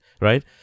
right